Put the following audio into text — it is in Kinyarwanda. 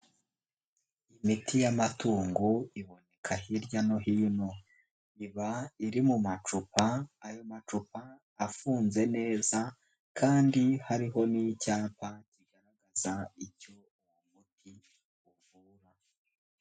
Imiti y'amatungo iboneka hirya no hino, iba iri mu macupa ayo macupa afunze neza kandi hariho n'icyapa kigaragaza icyo uwo muti uvura.